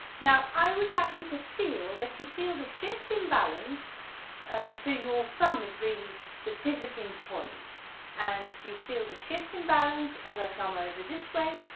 now i would like you to feel that you feel the shift in balance um so your thumb is really the pivoting point and you feel the shift in balance as i come over this way,